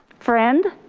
friend.